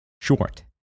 short